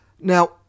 Now